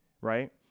right